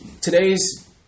Today's